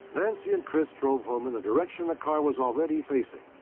nancy and chris drove home in the direction the car was already facing.